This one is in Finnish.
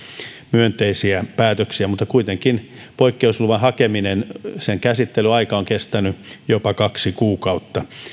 myönteisiä päätöksiä mutta kuitenkin poikkeusluvan hakeminen sen käsittelyaika on kestänyt jopa kaksi kuukautta